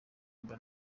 mba